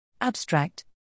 Abstract